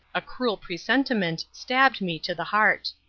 a cruel presentiment stabbed me to the heart.